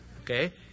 Okay